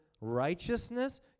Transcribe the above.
righteousness